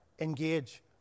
Engage